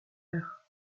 ère